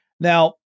Now